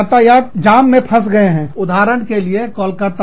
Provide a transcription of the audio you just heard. यातायात जाम में फँस गए हैं उदाहरण के लिए कोलकाता